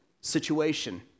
situation